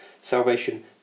salvation